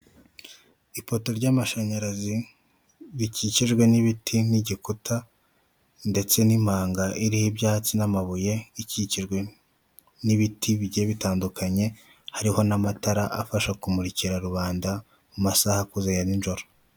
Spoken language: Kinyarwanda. Ipoto ry'amashanyarazi bikikijwe n'ibiti n'igikuta ndetse n'impanga iriho ibyatsi n'amabuye ikikijwe n'ibiti bigiye bitandukanye, hariho n'amatara afasha kumurikira rubanda mu masaha akuze ya nijoro.